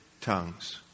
tongues